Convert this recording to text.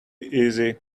easy